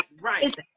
Right